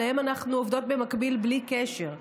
עליהם אנחנו עובדות במקביל בלי קשר.